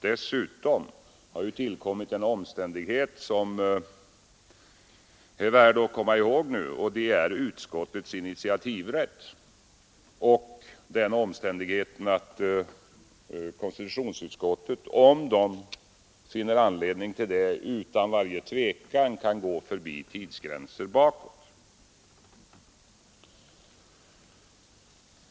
Dessutom har det tillkommit en omständighet som är värd att komma ihåg, och det är utskottens initiativrätt, samt den omständigheten att konstitutionsutskottet — om det finner anledning därtill — tveklöst kan gå bakåt i tiden utan gränser.